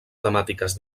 temàtiques